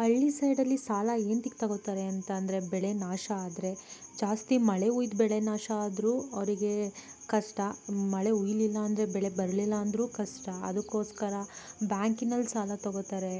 ಹಳ್ಳಿ ಸೈಡಲ್ಲಿ ಸಾಲ ಏತಕ್ ತಗೊತಾರೆ ಅಂತಂದರೆ ಬೆಳೆ ನಾಶ ಆದರೆ ಜಾಸ್ತಿ ಮಳೆ ಹುಯ್ದ್ ಬೆಳೆ ನಾಶ ಆದರೂ ಅವ್ರಿಗೆ ಕಷ್ಟ ಮಳೆ ಹುಯ್ಲಿಲ್ಲ ಅಂದರೆ ಬೆಳೆ ಬರ್ಲಿಲ್ಲ ಅಂದ್ರು ಕಷ್ಟ ಅದಕ್ಕೋಸ್ಕರ ಬ್ಯಾಂಕಿನಲ್ಲಿ ಸಾಲ ತಗೊತಾರೆ